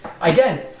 again